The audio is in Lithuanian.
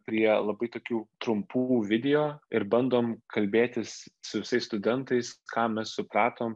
prie labai tokių trumpų video ir bandom kalbėtis su visais studentais ką mes supratom